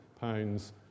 pounds